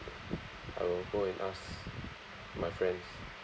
I will go and ask my friends